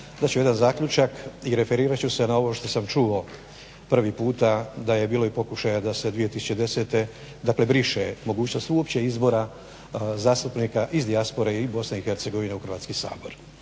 dat ću jedan zaključak i referirat ću se na ovo što sam čuo prvi puta da je bilo i pokušaja da se 2010. briše mogućnost uopće izbora zastupnika iz dijaspore i BiH u Hrvatski sabor.